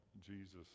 Jesus